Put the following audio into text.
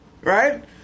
Right